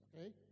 okay